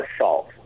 assault